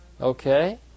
Okay